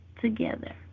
together